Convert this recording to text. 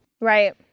Right